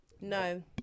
No